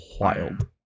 Wild